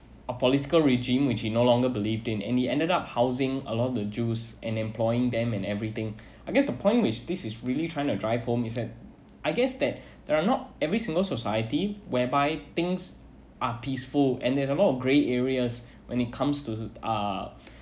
a political regime which he no longer believed in and he ended up housing a lot of the jews and employing them and everything I guess the point which this is really trying to drive home is that I guess that there are not every single society whereby things are peaceful and there's a lot of grey areas when it comes to uh